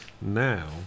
Now